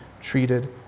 treated